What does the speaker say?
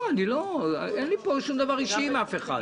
לא, אין לי פה שום דבר אישי עם אף אחד.